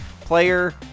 player